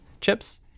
chips